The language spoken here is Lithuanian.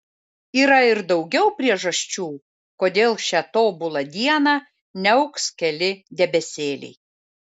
yra ir daugiau priežasčių kodėl šią tobulą dieną niauks keli debesėliai